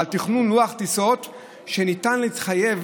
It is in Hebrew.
ועל תכנון לוח טיסות שניתן להתחייב